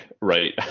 right